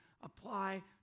apply